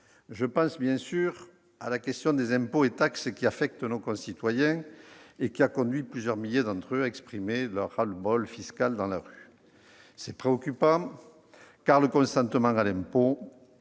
Je pense bien sûr à la question des impôts et taxes affectant nos concitoyens, qui a conduit plusieurs milliers d'entre eux à exprimer leur ras-le-bol fiscal dans la rue. C'est préoccupant, car le consentement à l'impôt-